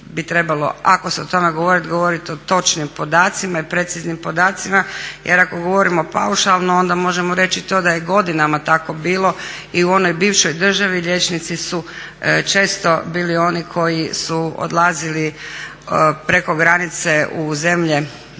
ako se o tome govorit, govorit o točnim podacima i preciznim podacima. Jer ako govorimo paušalno onda možemo reći i to da je godinama tako bilo i u onoj bivšoj državi. Liječnici su često bili oni koji su odlazili preko granice u zemlje